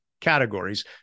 categories